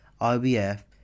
IBF